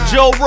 Joe